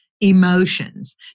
emotions